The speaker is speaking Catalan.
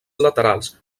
laterals